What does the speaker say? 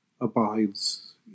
abides